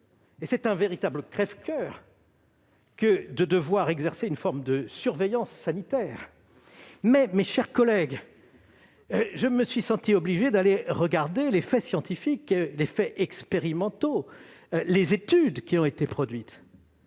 et c'est un véritable crève-coeur que de devoir exercer une forme de surveillance sanitaire. Cependant, mes chers collègues, je me suis senti obligé d'analyser les faits scientifiques, les expérimentations, les études qui ont été produites.